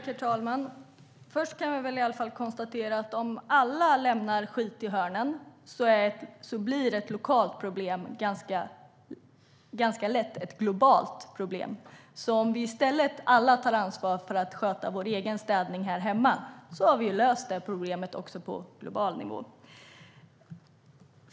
Herr talman! Först kan vi väl i alla fall konstatera att om alla lämnar skit i hörnen blir ett lokalt problem ganska lätt ett globalt problem. Om vi alla i stället tar ansvar för att sköta vår egen städning hemma har vi löst det problemet också på global nivå.